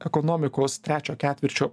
ekonomikos trečio ketvirčio